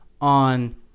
on